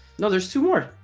no there's two more